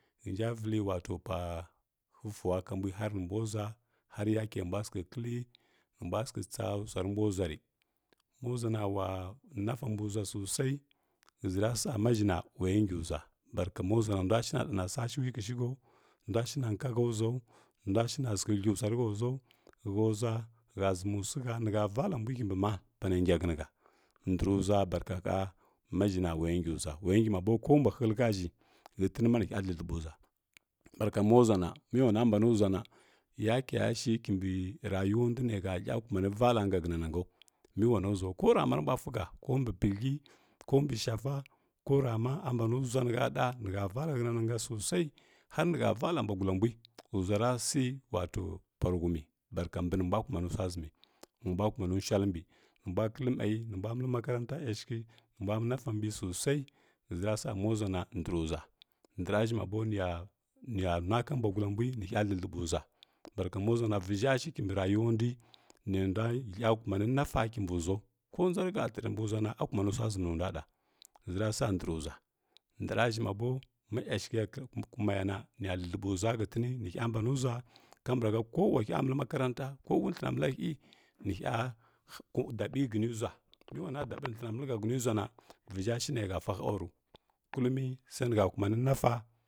Hənja vəlli wato pwa-həfuw ka mbwi hər nə mbw ʒwa har yako mbwa səghə kəlləi nə mbwa səghə tsa swe rə mbwa ʒwa rə mo ʒwa na wa napa mbw ʒwa sosai həʒərə sa ma ʒhi na wa ya ngi ʒira barka mo ʒwa na ndwa shi na ɗa na swashəwi kashi hawo ndwa shi na nko ha ʒwao ndwa shi na səghə thləghə swa rə ho rwao hə ʒwa ha ʒəni swə ha nə ha vəlla mbwə kimbi ma pa nə ngya hənaha ndəru ʒwa barka ha ma ʒhi na wa ya ngy ʒwa wa ya ngy ma bo ko mbwa həlləho ʒhi hətəna nə hya thləthlə bə ʒwa barka mo ʒwa na mə wa na mbani ʒwa na yakya shi kimbi rayow ndwi nə ha thla kunani valla nga hənana ngəu ko rama rə mbwa fə ha ko mbə pəthy, ko mbə shafa, kora ma ommban vaka həna na nga sosai har nəha vada mbwa gudla mbwi ʒwa ra səghə wato pwa rə humi ɓarka mbi nə mbwa səghə pwarə hwmi barka mbəi nə mbwa kumani swa ʒəmi wa mbwa kuman nshallə mbi nə mbwo kəllə moyi nə mbwa məllə makaranta yashəghə nə mbwa nafa mbi sosai həʒəra sa ma ʒwa na ndəvə ʒwa ndəva ʒhi ma bo nəya-nəya nwa mbwa gulla mbwi nəhya thləthləbə ʒwa barka ma ʒwa na vəʒha shi kimbi rayəu ndwi nə ndwa thla kuma ni nafa kimbi ʒwao ko iyndʒa rə ka tərə nbə ʒwa na o kuma nə swa ʒamə nə ha ɗa həʒəra sa ndərə ʒwa ndəra ʒhi ma bo ma gashəgha ya kər kuma ya na nə ya thləɓə ʒwa hətəni kamɓarka kə wa hya məllə makaranta ko wothləna məlla hyi nə hya daɓəi hənə ʒwa mə w a na daɓə rə thləna məlləha həni ʒwa na kullumi sai nə ha kumani nafa.